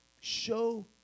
show